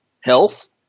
health